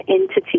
entity